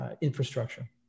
infrastructure